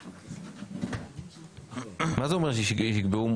מה זה אומר שיקבעו?